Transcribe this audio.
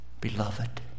beloved